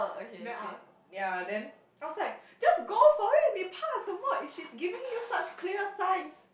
then i'll ya then I was like just go for it 你怕什么 she's giving you such clear signs